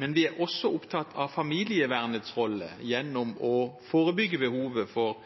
men vi er også opptatt av familievernets rolle gjennom å forebygge behovet for